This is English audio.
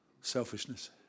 selfishness